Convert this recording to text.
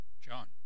john